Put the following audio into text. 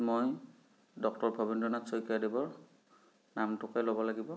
মই ডক্টৰ ভৱেন্দ্ৰনাথ শইকীয়া দেৱৰ নামটোকে ল'ব লাগিব